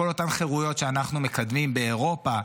כל אותן חירויות שאנחנו מקדמים באירופה,